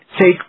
take